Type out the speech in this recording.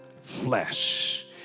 flesh